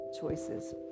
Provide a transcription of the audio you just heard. choices